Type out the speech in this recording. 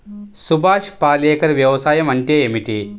సుభాష్ పాలేకర్ వ్యవసాయం అంటే ఏమిటీ?